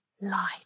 light